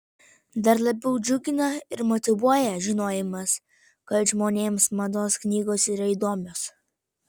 dar labiau džiugina ir motyvuoja žinojimas kad žmonėms mados knygos yra įdomios